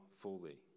fully